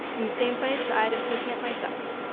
in the same place i'd have taken it myself.